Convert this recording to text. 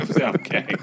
Okay